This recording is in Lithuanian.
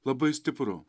labai stipru